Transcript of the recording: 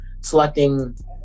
selecting